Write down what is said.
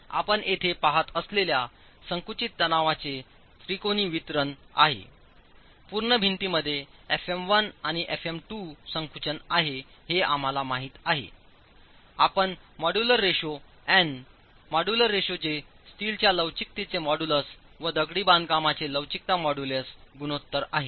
आपण येथे पाहत असलेल्या संकुचित तणावांचे त्रिकोणी वितरण पूर्ण भिंतीमध्ये fm 1 आणि fm 2संकुचन आहे हे आम्हाला माहित आहे आपण मॉड्यूलर रेश्यो एन मॉड्यूलररेशो जे स्टीलच्या लवचिकतेचे मॉड्यूलस व दगडी बांधकामचे लवचिकता मॉड्यूलस गुणोत्तर आहे